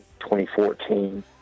2014